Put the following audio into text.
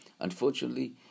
unfortunately